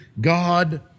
God